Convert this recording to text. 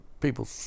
People